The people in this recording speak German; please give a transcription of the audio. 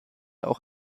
auch